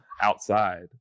outside